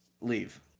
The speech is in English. leave